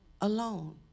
alone